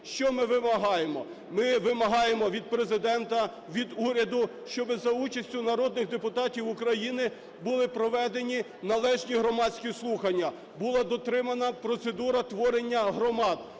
Що ми вимагаємо. Ми вимагаємо від Президента, від уряду, щоби за участю народних депутатів України були проведені належні громадські слухання, була дотримана процедура творення громад,